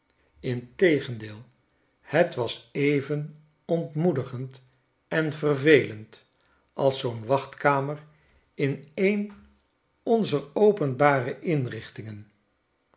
integendeel het was even ontmoedigend en vervelend als zoo'n wachtkamer in een onzer openbare inrichtingen